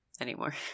anymore